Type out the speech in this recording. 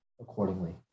accordingly